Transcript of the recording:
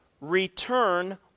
Return